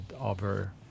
over